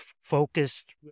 focused